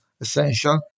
essential